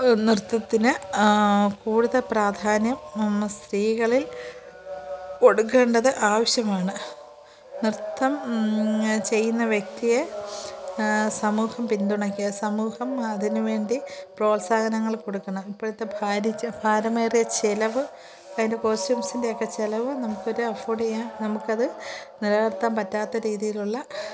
നൃത്തത്തിന് കൂടുതൽ പ്രാധാന്യം നമ്മൾ സ്ത്രീകളിൽ കൊടുക്കേണ്ടത് ആവശ്യമാണ് നൃത്തം ചെയ്യുന്ന വ്യക്തിയെ സമൂഹം പിന്തുണക്കുക സമൂഹം അതിന് വേണ്ടി പ്രോത്സാഹനങ്ങൾ കൊടുക്കണം ഇപ്പഴത്തെ ഭാരിച്ച ഭാരമേറിയ ചെലവ് അതിൻ്റെ കോസ്റ്റ്യൂമ്സിൻ്റെയൊക്കെ ചെലവ് നമുക്കൊരു അഫോഡ് ചെയ്യാൻ നമുക്കത് നിലനിർത്താൻ പറ്റാത്ത രീതിയിലുള്ള